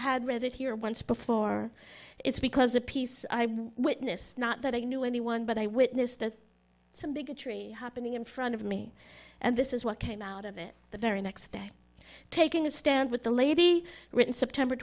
had read it here once before it's because a piece i witnessed not that i knew anyone but i witnessed some bigotry happening in front of me and this is what came out of it the very next day taking a stand with the lady written september